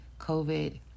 COVID